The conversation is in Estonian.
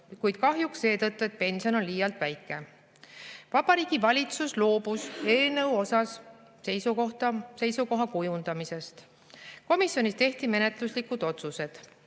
kuid kahjuks seetõttu, et pension on liialt väike. Vabariigi Valitsus loobus eelnõu osas seisukoha kujundamisest. Komisjonis tehti menetluslikud otsused.